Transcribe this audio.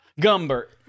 gumbert